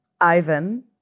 Ivan